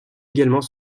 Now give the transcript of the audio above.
également